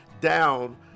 down